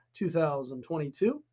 2022